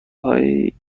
هایی